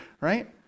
right